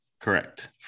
Correct